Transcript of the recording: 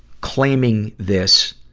claiming this